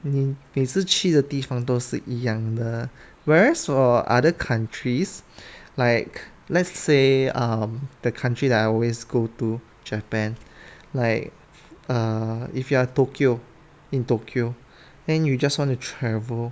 你每次去的地方都是一样的 whereas for other countries like let's say um the country that I always go to japan like err if you are tokyo in tokyo then you just want to travel